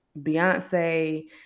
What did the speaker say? Beyonce